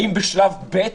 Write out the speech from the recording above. האם בשלב ב',